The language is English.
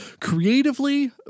creatively